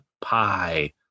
pie